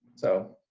so.